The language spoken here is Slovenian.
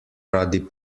radi